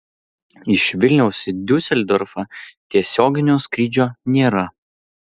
iš vilniaus į diuseldorfą tiesioginio skrydžio nėra